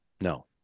No